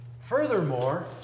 Furthermore